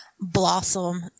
Blossom